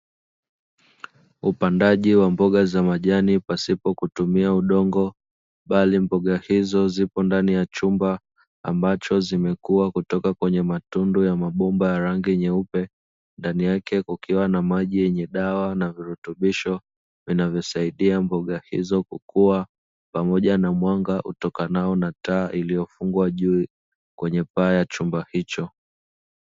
Upandaji wa mboga za majani pasipo kutumia udongo, bali mboga hizo zipo ndani ya chumba ambacho zimekuwa kutoka kwenye matundu ya mabomba ya rangi nyeupe, ndani yake kukiwa na maji yenye dawa na virutubisho vinavyosaidia mboga hizo kukuwa, pamoja na mwanga utokao na taa iliyofungwa juu kwenye paa ya chumba hicho.